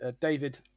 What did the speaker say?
David